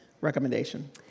recommendation